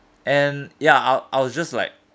and ya I'll I'll just like